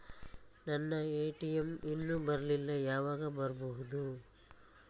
ನನ್ನ ಎ.ಟಿ.ಎಂ ಇನ್ನು ಬರಲಿಲ್ಲ, ಯಾವಾಗ ಬರಬಹುದು?